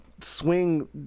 Swing